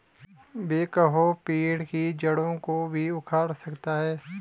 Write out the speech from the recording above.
backhoe पेड़ की जड़ों को भी उखाड़ सकता है